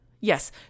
yes